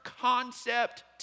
concept